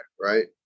right